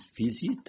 visit